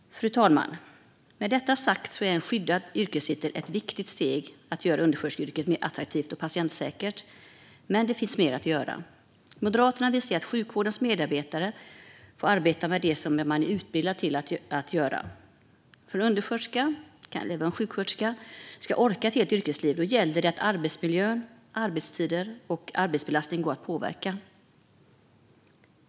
Fru talman! Med detta sagt är en skyddad yrkestitel ett viktigt steg att göra undersköterskeyrket mer attraktivt och patientsäkert. Det finns dock mer att göra. Moderaterna vill se att sjukvårdens medarbetare får arbeta med det som man är utbildad till att göra. För att en undersköterska eller en sjuksköterska ska orka ett helt yrkesliv gäller det att arbetsmiljö, arbetstider och arbetsbelastning går att påverka.